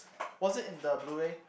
was it in the bluray